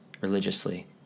religiously